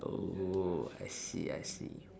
oh I see I see